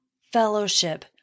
fellowship